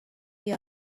you